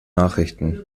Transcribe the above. nachrichten